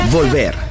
Volver